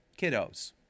Kiddos